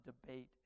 debate